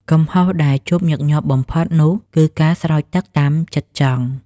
កំហុសដែលជួបញឹកញាប់បំផុតនោះគឺ ការស្រោចទឹកតាមចិត្តចង់។